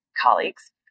colleagues